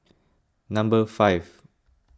number five